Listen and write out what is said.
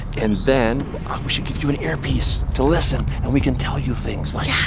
and then, oh we should get you an ear piece to listen, and we can tell you things like yeah!